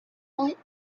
night